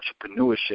entrepreneurship